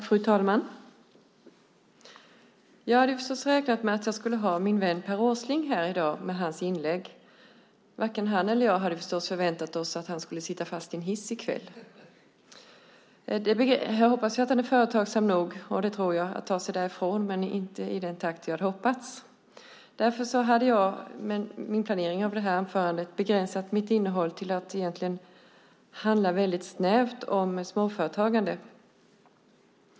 Fru talman! Jag hade räknat med att min vän Per Åsling skulle ha varit här i dag med sitt inlägg. Varken han eller jag hade förstås kunnat förutse att han skulle sitta fast i en hiss i kväll. Jag hoppas att han är företagsam nog att ta sig därifrån. Det tror jag att han är, men det blir nog inte i den takt jag hade hoppats. Men därför hade jag i min planering av detta anförande begränsat det till att handla väldigt snävt om småföretagande.